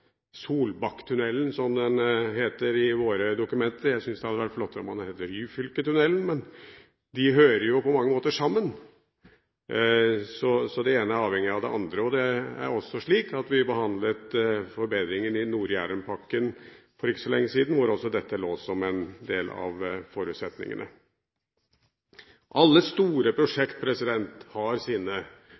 som den heter i våre dokumenter – jeg syns det hadde vært flottere om den hadde hett Ryfylketunnelen – hører jo på mange måter sammen. Det ene er avhengig av det andre. Det er også slik at vi behandlet forbedringen i Nord-Jærenpakken for ikke så lenge siden. Da lå også dette som en del av forutsetningene. Alle store prosjekt har sine